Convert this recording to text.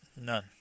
None